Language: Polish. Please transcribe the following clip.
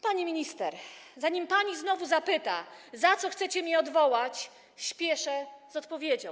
Pani minister, zanim pani znowu zapyta, za co chcecie mnie odwołać, spieszę z odpowiedzią.